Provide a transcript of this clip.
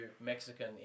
Mexican